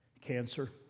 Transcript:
cancer